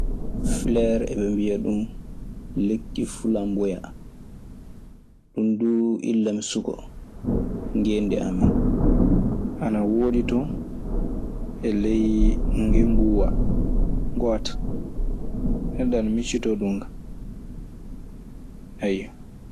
Fuleer eɓe mbiya ɗun lekki fulanboyan, ɗun duu illa mi suka ngendi amin. Ana woodi ton e ley ngemmbuuwa ngoota neɗɗo ana miccitoo ɗum kaa.